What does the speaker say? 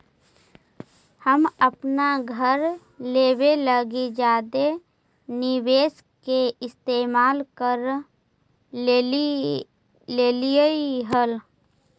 हम अपन घर लेबे लागी जादे निवेश के इस्तेमाल कर लेलीअई हल